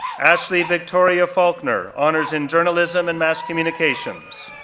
ashley victoria faulkner, honors in journalism and mass communications,